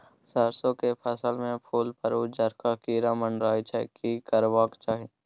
सरसो के फसल में फूल पर उजरका कीरा मंडराय छै की करबाक चाही?